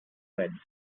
reds